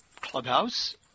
Clubhouse